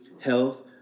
health